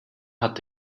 hat